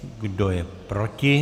Kdo je proti?